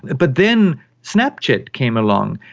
but then snapchat came along,